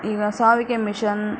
ಈಗ ಶಾವಿಗೆ ಮಿಷನ್